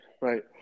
right